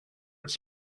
its